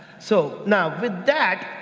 so, now with that,